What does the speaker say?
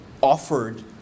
offered